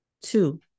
Two